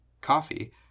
coffee